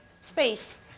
space